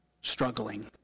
struggling